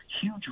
huge